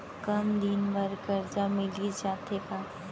कम दिन बर करजा मिलिस जाथे का?